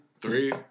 Three